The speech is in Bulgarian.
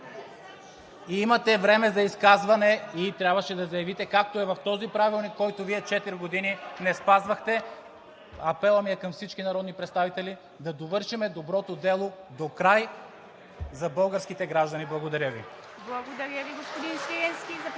Имате време за изказване и трябваше да заявите, както е в този Правилник, който Вие четири години не спазвахте. Апелът ми е към всички народни представители – да довършим доброто дело докрай за българските граждани. Благодаря Ви.